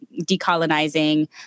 decolonizing